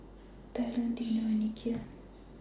Talon Dino and Nikhil